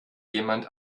jemand